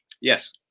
Yes